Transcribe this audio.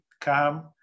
come